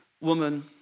woman